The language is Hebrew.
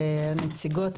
הנציגות,